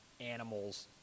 animals